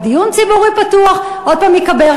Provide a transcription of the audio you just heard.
אבל דיון ציבורי פתוח עוד פעם ייקבר,